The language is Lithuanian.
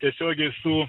tiesiogiai su